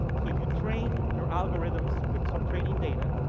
so you train your algorithms with some training data.